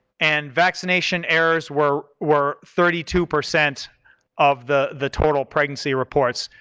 and vaccination errors were were thirty two percent of the the total pregnancy reports,